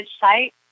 site